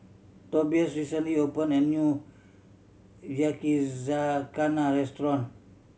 Tobias recently opened a new Yakizakana Restaurant